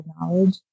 knowledge